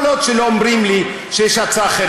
כל עוד לא אומרים לי שיש הצעה אחרת,